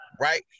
right